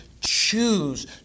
choose